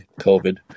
COVID